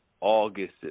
August